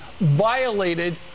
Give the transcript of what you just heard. violated